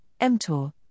mTOR